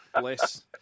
bless